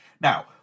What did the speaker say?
Now